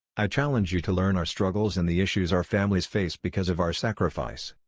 i challenge you to learn our struggles and the issues our families face because of our sacrifice.